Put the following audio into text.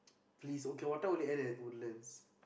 please okay what time will it end at Woodlands